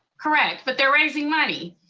correct, but they're raising money.